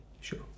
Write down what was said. Sure